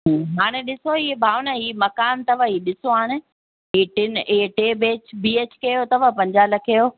हाणे ॾिसो ईअं भाउ न हीउ मकान अथव हीउ ॾिसो हाणे हीउ टिनि हीउ टे बैच बि एच के अथव पंजाह लखें जो